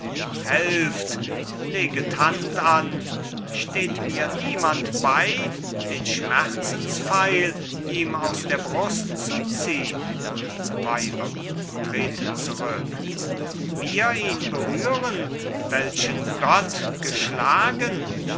helft leget hand an steht mir niemand bei den schmerzenspfeil ihm aus der brust zu ziehn weiber treten zurück wir ihn berühren welchen gott geschlagen